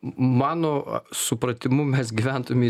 mano supratimu mes gyventume